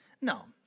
No